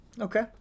Okay